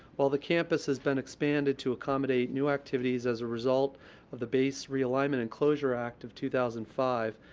while the campus has been expanded to accommodate new activities as a result of the base realignment and closure act of two thousand and five,